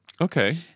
Okay